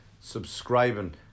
subscribing